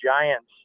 Giants